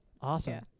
Awesome